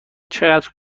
چقدر